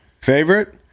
Favorite